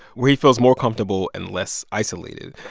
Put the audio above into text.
where he feels more comfortable and less isolated.